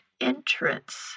entrance